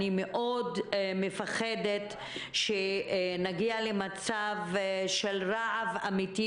אני מאוד פוחדת שנגיע למצב של רעב אמיתי